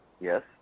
Yes